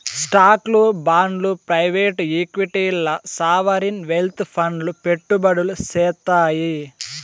స్టాక్లు, బాండ్లు ప్రైవేట్ ఈక్విటీల్ల సావరీన్ వెల్త్ ఫండ్లు పెట్టుబడులు సేత్తాయి